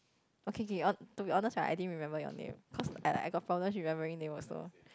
okay K or to be honest I didn't remember your name cause I I got problem remembering name also